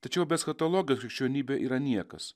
tačiau be eschatologijos krikščionybė yra niekas